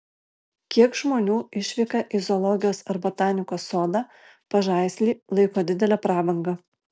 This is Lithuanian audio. kiek žmonių išvyką į zoologijos ar botanikos sodą pažaislį laiko didele prabanga